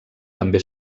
també